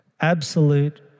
Absolute